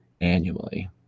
annually